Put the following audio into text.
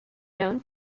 known